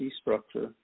structure